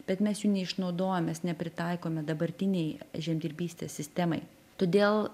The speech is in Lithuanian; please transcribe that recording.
bet mes jų neišnaudojam mes nepritaikome dabartinei žemdirbystės sistemai todėl